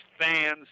fans